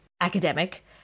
academic